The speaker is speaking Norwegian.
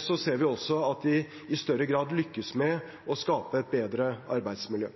ser vi også at de i større grad lykkes med å skape et bedre